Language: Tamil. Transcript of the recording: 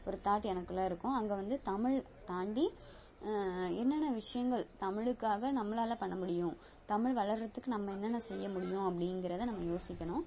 ஒரு தாட் எனக்குள்ளே இருக்கும் அங்கே வந்து தமிழ் தாண்டி என்னென்ன விஷயங்கள் தமிழுக்காக நம்மளால் பண்ண முடியும் தமிழ் வளர்றத்துக்கு நம்ம என்னென்ன செய்ய முடியும் அப்படீங்கறத நம்ம யோசிக்கணும்